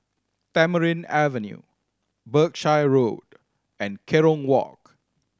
Tamarind Avenue Berkshire Road and Kerong Walk